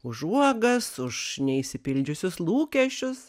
už uogas už neišsipildžiusius lūkesčius